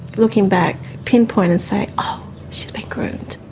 looking back, pinpoint and say oh she's been groomed.